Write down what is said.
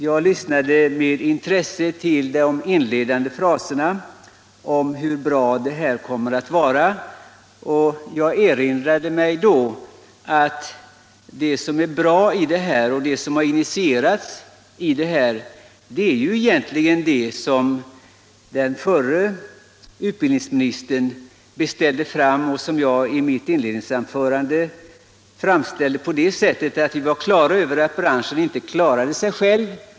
Jag lyssnade med intresse till de inledande fraserna från fru Diesen om hur bra propositionen är. Jag erinrade mig då att det som är bra i förslaget är ju egentligen det som den förre utbildningsministern beställde fram. Vi var klara över att branschen inte klarade sig själv.